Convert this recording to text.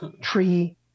tree